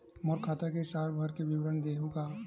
मोर खाता के साल भर के विवरण देहू का?